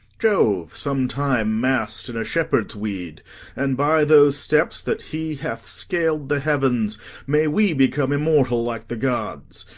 jove sometime masked in a shepherd's weed and by those steps that he hath scal'd the heavens may we become immortal like the gods.